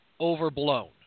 overblown